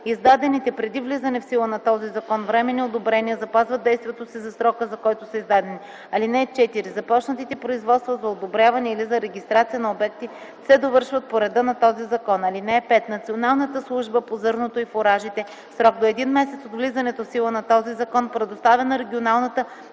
Издадените преди влизане в сила на този закон временни одобрения запазват действието си за срока, за който са издадени. (4) Започнатите производства за одобряване или за регистрация на обекти се довършват по реда на този закон. (5) Националната служба по зърното и фуражите в срок до един месец от влизането в сила на този закон предоставя на Регионалната